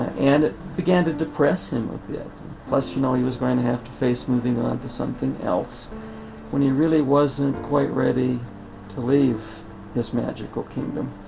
and it began to depress him a bit plus you know he was going to have to face moving on to something else when he really wasn't quite ready to leave this magical kingdom.